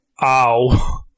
Ow